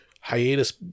hiatus